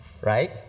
right